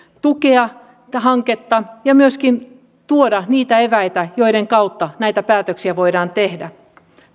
tukea tätä hanketta ja myöskin tuoda niitä eväitä joiden kautta näitä päätöksiä voidaan tehdä